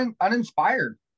uninspired